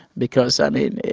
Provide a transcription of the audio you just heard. because i mean,